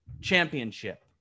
championship